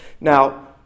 Now